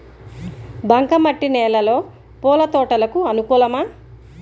బంక మట్టి నేలలో పూల తోటలకు అనుకూలమా?